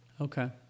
Okay